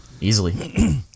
easily